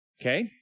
okay